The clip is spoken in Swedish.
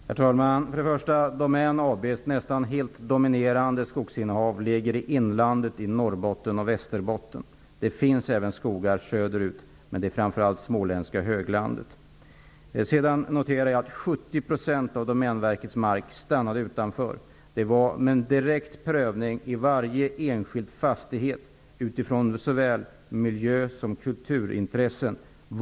Herr talman! Den nästan helt dominerande delen av Domän AB:s skogsinnehav ligger i inlandet i Norrbotten och i Västerbotten. Det finns även skogar söderut, framför allt på småländska höglandet. 70 % av Domänverkets mark stannade utanför. Det gjordes en direkt prövning av varje enskild fastighet ur såväl miljö som kulturintressen.